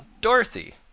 Dorothy